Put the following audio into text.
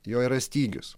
jo yra stygius